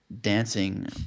dancing